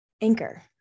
Anchor